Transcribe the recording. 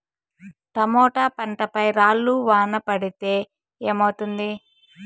Tomato పంట పై రాళ్లు వాన పడితే ఏమవుతుంది?